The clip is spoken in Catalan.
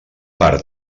per